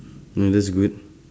oh that's good